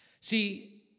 See